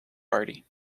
party